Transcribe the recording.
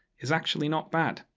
is actually not bad.